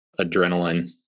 adrenaline